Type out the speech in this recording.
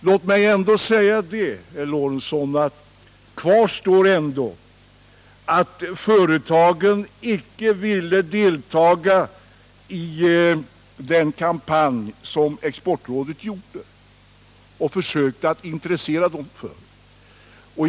Låt mig ändå till herr Lorentzon säga att det faktum att företagen icke ville deltaga i den kampanj som Exportrådet genomförde och som de verkligen försökte att intressera företagen för kvarstår.